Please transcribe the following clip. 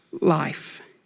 life